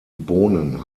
bohnen